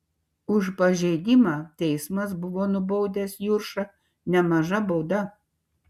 už pažeidimą teismas buvo nubaudęs juršą nemaža bauda